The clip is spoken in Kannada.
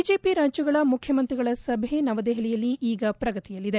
ಬಿಜೆಪಿ ರಾಜ್ಯಗಳ ಮುಖ್ಯಮಂತ್ರಿಗಳ ಸಭೆ ನವದೆಹಲಿಯಲ್ಲಿ ಈಗ ಪ್ರಗತಿಯಲ್ಲಿದೆ